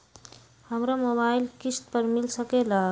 हमरा मोबाइल किस्त पर मिल सकेला?